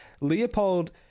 Leopold